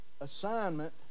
assignment